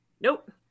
Nope